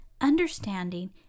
understanding